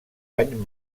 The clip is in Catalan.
any